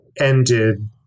ended